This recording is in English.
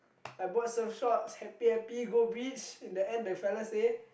I bought surf shorts happy happy go beach in the end the feller say